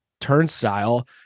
turnstile